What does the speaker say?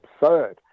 absurd